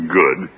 good